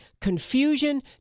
confusion